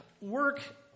work